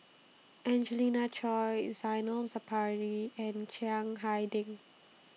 Angelina Choy Zainal Sapari and Chiang Hai Ding